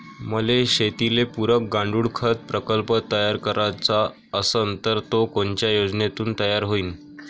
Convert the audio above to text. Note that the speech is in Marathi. मले शेतीले पुरक गांडूळखत प्रकल्प तयार करायचा असन तर तो कोनच्या योजनेतून तयार होईन?